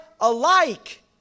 alike